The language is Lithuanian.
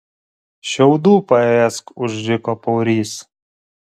šiaudų paėsk užriko paurys